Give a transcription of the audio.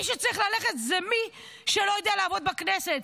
מי שצריך ללכת זה מי שלא יודע לעבוד בכנסת,